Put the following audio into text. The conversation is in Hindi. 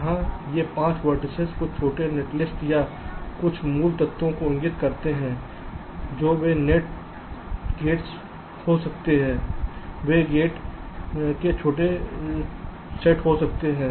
जहां ये 5 वेर्तिसेस कुछ छोटे नेटलिस्ट या कुछ मूल तत्वों को इंगित करते हैं जो वे गेट्स हो सकते हैं वे गेट के छोटे सेट हो सकते हैं